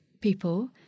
People